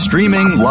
Streaming